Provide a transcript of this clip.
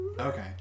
okay